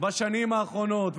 בשנים האחרונות,